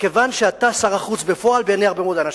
מכיוון שאתה שר החוץ בפועל בעיני הרבה מאוד אנשים.